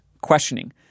questioning